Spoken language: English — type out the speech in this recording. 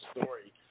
story